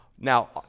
Now